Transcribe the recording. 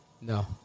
No